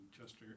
Chester